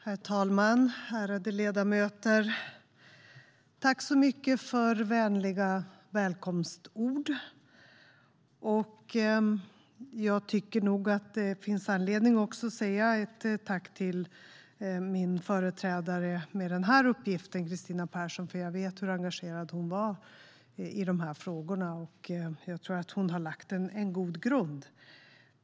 Herr talman! Ärade ledamöter! Tack så mycket för vänliga välkomstord! Jag tycker nog att det finns anledning att också säga tack till min företrädare i den här uppgiften, Kristina Persson. Jag vet hur engagerad hon var i de här frågorna, och jag tror att hon har lagt en god grund.